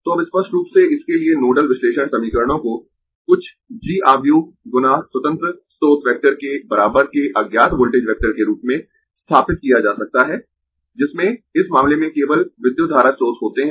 तो अब स्पष्ट रूप से इसके लिए नोडल विश्लेषण समीकरणों को कुछ G आव्यूह गुना स्वतंत्र स्रोत वेक्टर के बराबर के अज्ञात वोल्टेज वेक्टर के रूप में स्थापित किया जा सकता है जिसमें इस मामले में केवल विद्युत धारा स्रोत होते है